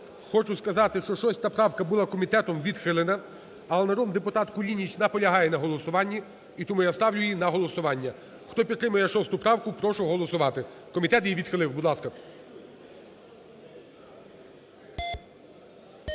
Хочу сказати, що 6 правка була комітетом відхилена, але народний депутат Кулініч наполягає на голосуванні і тому я ставлю її на голосування. Хто підтримує 6 правку, прошу голосувати, комітет її відхилив, будь ласка.